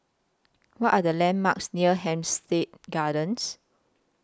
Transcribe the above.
What Are The landmarks near Hampstead Gardens